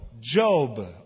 Job